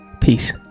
Peace